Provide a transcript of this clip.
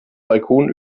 balkon